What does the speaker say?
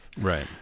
Right